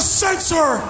censor